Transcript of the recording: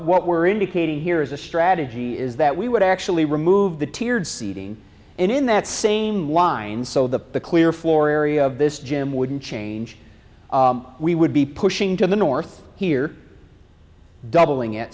what we're indicating here is a strategy is that we would actually remove the teared seating in that same line so the clear floor area of this gym wouldn't change we would be pushing to the north here doubling it